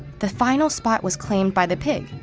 the final spot was claimed by the pig,